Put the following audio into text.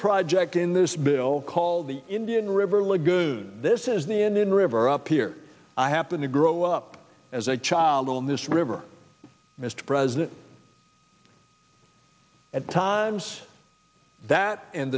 project in this bill called the indian river lagoon this is the indian river up here i happen to grow up as a child on this river mr president at times that and